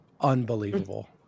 unbelievable